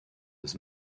his